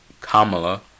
Kamala